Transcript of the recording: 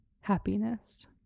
Happiness